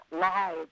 live